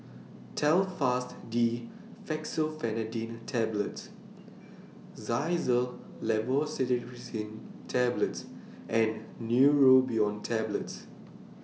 Telfast D Fexofenadine Tablets Xyzal Levocetirizine Tablets and Neurobion Tablets